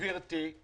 גברתי.